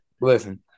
Listen